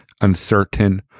uncertain